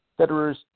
Federer's